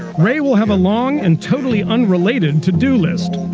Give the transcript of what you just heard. wray will have a long and totally unrelated to-do list.